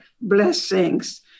blessings